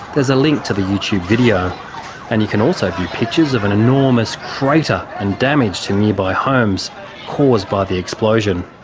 there's a link to the youtube video and you can also view pictures of an enormous crater and damage to nearby homes caused by the explosion.